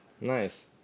Nice